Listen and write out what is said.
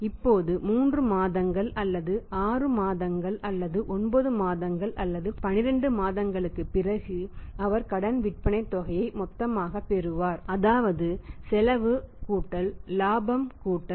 இப்போது 3 மாதங்கள் அல்லது 6 மாதங்கள் அல்லது 9 மாதங்கள் அல்லது 12 மாதங்களுக்குப் பிறகு அவர் கடன் விற்பனைத் தொகையை மொத்தமாகப் பெறுவார் அதாவது செலவு இலாபம் லோடிங் ஃபேக்டர்